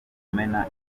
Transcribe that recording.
kumena